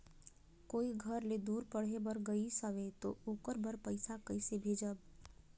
कोई घर ले दूर पढ़े बर गाईस हवे तो ओकर बर पइसा कइसे भेजब?